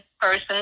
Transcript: person